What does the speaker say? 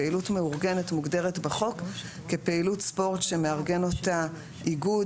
פעילות מאורגת מוגדרת בחוק כפעילות ספורט שמארגן אותה איגוד,